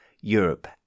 Europe